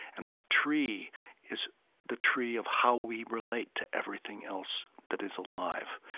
and that tree is the tree of how we relate to everything else that is alive.